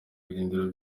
birindiro